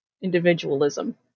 individualism